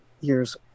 years